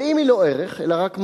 ואם היא לא ערך אלא רק מכשיר,